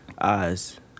Eyes